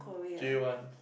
J one